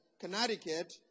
Connecticut